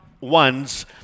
ones